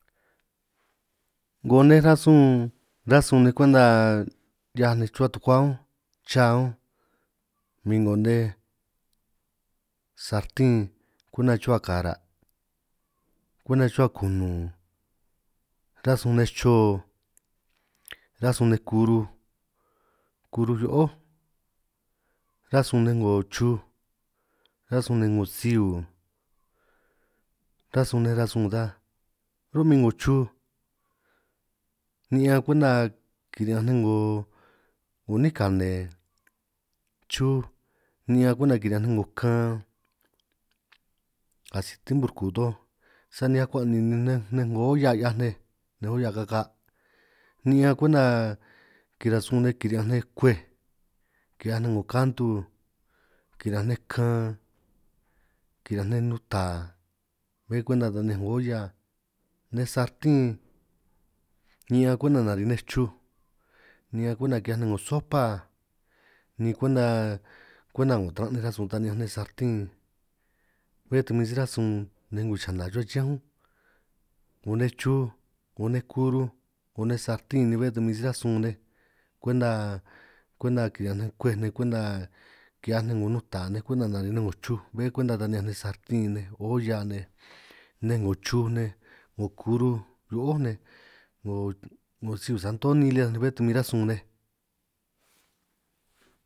'Ngo nej rasun ránj sun kwenta 'hiaj nej rruhua tukua ñúnj, chá únj min 'ngo nej sartín kwenta chuhua kara' kwenta chuhua kunun, ránj sun nej chio ránj sun nej kuruj kuruj hio'ój ránj sun nej 'ngo chuj, ránj sun nej 'ngo siu ránj sun nej rasun nej ta ro'min 'ngo chuj, ni'ñan kwenta kiri'ñanj nej 'ngo 'ní kane, chuj ni'ñan kwenta kiri'ñanj nej 'ngo kan asij tiempo ruku toj, sa ni'ñanj akuan' nin nej nej 'ngo olla ki'hiaj nej 'ngo olla kaka' ni'ñan kwenta kiran sun nej kiri'ñanj nej kwej, ki'hiaj nej 'ngo kantu kiri'ñanj nej kan kiri'ñanj nej, nuta bé kwenta ta ni'ñanj 'ngo olla nej sartin ni'ñan kwenta nari nej chruj ni'ñan kwenta ki'hiaj nej 'ngo sopa, ni kwenta kuenta kuta' nej rasun ta ni'ñanj nej sartin bé ta min si ránj sun nej ngwii chana, rruhua chiñán únj 'ngo nej chuj 'ngo nej kuruj 'ngo nej sartin ni bé ta min si ránj sun nej, kwenta kwenta kiri'ñanj nej kwej kwenta ki'hiaj nej 'ngo nuta nej, kwenta nari nej 'ngo chuj bé kwenta ta ni'ñanj nej sartin nej, olla nej nej 'ngo chuj nej 'ngo kuruj hioó nej 'ngo siusantoni lí, bé ta min ránj sun nej.